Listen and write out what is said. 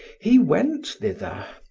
he went thither,